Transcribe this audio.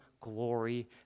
glory